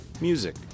music